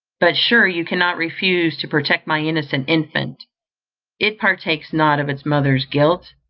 but sure you cannot refuse to protect my innocent infant it partakes not of its mother's guilt.